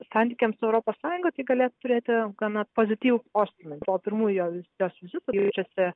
santykiams europos sąjunga tai galės turėti gana pozityvų postūmį po pirmųjų jos jos vizitų jaučiasi